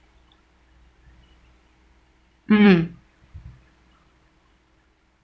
mmhmm